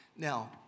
Now